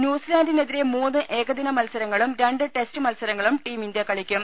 ന്യൂസിലാന്റിനെതിരെ മൂന്ന് ഏകദിന മത്സരങ്ങളും രണ്ട് ടെസ്റ്റ് മത്സരങ്ങളും ടീം ഇന്ത്യ കളിയ്ക്കും